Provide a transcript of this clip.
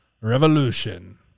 Revolution